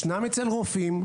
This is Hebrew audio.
ישנם אצל רופאים.